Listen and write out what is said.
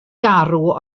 garw